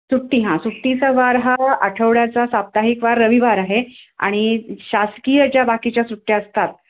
सुट्टी हां सुट्टीचा वार हा आठवड्याचा साप्ताहिक वार रविवार आहे आणि शासकीय ज्या बाकीच्या सुट्ट्या असतात